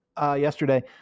yesterday